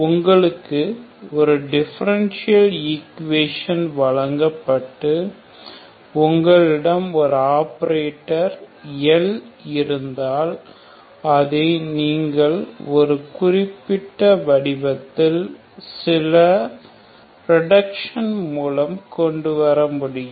உங்களுக்கு ஒரு differential equation வழங்கப்பட்டு உங்களிடம் ஒரு ஆபரேட்டர் L இருந்தால் அதை நீங்கள் ஒரு குறிப்பிட்ட வடிவத்தில் சில ரிடக்ஷன் மூலம் கொண்டு வரமுடியும்